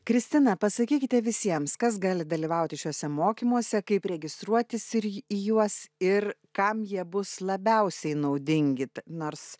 kristina pasakykite visiems kas gali dalyvauti šiuose mokymuose kaip registruotis ir į juos ir kam jie bus labiausiai naudingi t nors